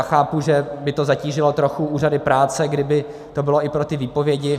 Chápu, že by to zatížilo trochu úřady práce, kdyby to bylo i pro ty výpovědi.